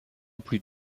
plus